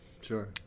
Sure